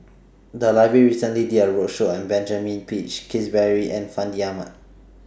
The Library recently did A roadshow on Benjamin Peach Keasberry and Fandi Ahmad